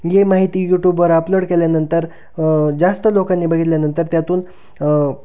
जी माहिती यूटूबवर अपलोड केल्यानंतर जास्त लोकांनी बघितल्यानंतर त्यातून